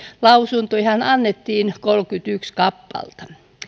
lausuntojahan annettiin kolmekymmentäyksi kappaletta